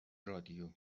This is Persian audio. رادیو